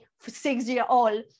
six-year-old